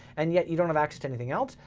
and yet you don't have access to anything else,